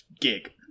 gig